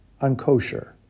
unkosher